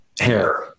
hair